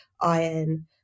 iron